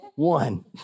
one